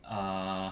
uh